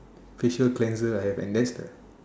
facial cleanser I have and that's the